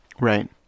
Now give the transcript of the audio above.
right